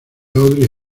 audrey